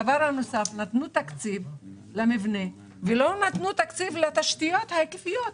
הדבר הנוסף: נתנו תקציב למבנה ולא נתנו תקציב לתשתיות ההיקפיות.